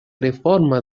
реформа